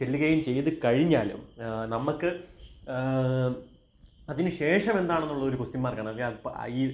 ചെല്ലുകയും ചെയ്ത് കഴിഞ്ഞാലും നമ്മള്ക്ക് അതിനു ശേഷമെന്താണെന്നുള്ളൊരു കൊസ്റ്റിൻ മാർക്കാണ് അല്ലെങ്കില് അപ്പോള് ഈ